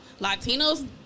Latinos